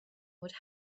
would